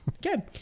Good